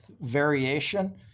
variation